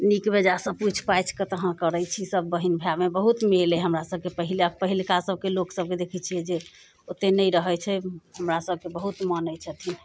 नीक बेजाय सभ पुछि पाछि कऽ तहन करैत छी सभ बहिन भायमे बहुत मेल अइ हमरा सभकेँ पहिले पहिलका सभकेँ लोक सभकेँ देखैत छियै जे ओतेक नहि रहैत छै हमरा सभकेँ बहुत मानैत छथिन